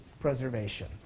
preservation